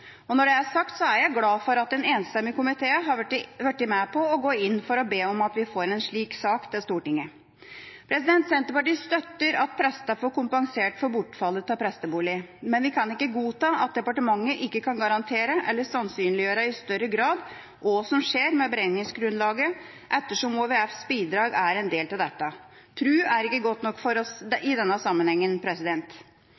vilje. Når det er sagt, er jeg glad for at en enstemmig komité har blitt med på å gå inn for å be om at vi får en slik sak til Stortinget. Senterpartiet støtter at prestene får kompensert for bortfallet av prestebolig, men vi kan ikke godta at departementet ikke kan garantere eller sannsynliggjøre i større grad hva som skjer med beregningsgrunnlaget, ettersom OVFs bidrag er en del av dette. Tro er ikke godt nok for oss i denne sammenhengen.